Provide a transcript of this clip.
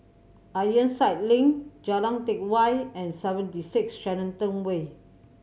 Ironside Link Jalan Teck Whye and Seventy Six Shenton Way